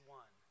one